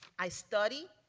i study.